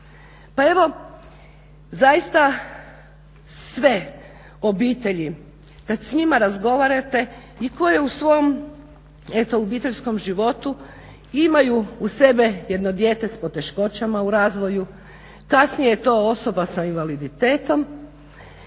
Pa evo zaista sve obitelji kad s njima razgovarate i koje u svom eto obiteljskom životu imaju uz sebe jedno dijete s poteškoćama u razvoju, kasnije je to osoba s invaliditetom,